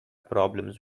problems